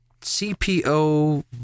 CPO